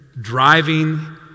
driving